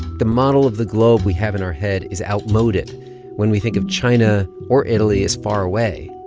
the model of the globe we have in our head is outmoded when we think of china or italy as far away,